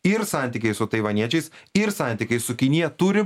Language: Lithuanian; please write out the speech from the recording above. ir santykiai su taivaniečiais ir santykiai su kinija turi